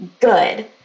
good